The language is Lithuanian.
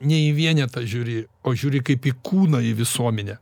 ne į vienetą žiūri o žiūri kaip į kūną į visuomenę